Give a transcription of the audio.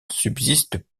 subsiste